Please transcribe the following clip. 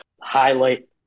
Highlight